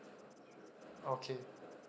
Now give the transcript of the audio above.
okay